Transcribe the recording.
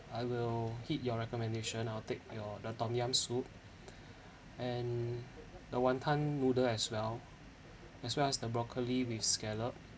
I will heed your recommendation I'll take your the tom yum soup and the wanton noodle as well as well as the broccoli with scallop